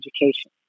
education